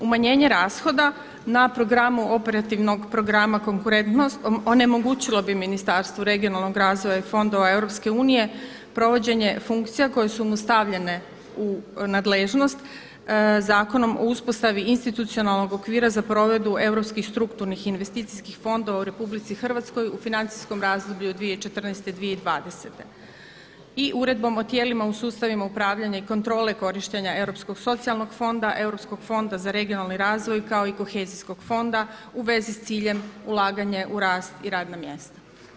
Umanjenje rashoda na programu operativnog programa konkurentnosti onemogućilo bi Ministarstvu regionalnog razvoja i fondova EU provođenje funkcija koje su mu stavljene u nadležnost Zakonom o uspostavi institucionalnog okvira za provedbu europskih strukturnih i investicijskih fondova u RH u financijskom razdoblju od 2014.-2020. i uredbom o tijelima u sustavima upravljanja i kontrole korištenja europskog socijalnog fonda, Europskog fonda za regionalni razvoj kao i Kohezijskog fonda u vezi s ciljem ulaganje u rast i radna mjesta.